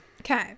okay